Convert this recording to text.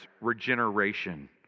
regeneration